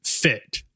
Fit